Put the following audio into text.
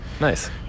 Nice